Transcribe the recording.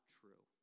true